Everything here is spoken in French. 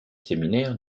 séminaire